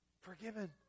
forgiven